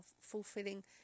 fulfilling